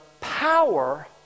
power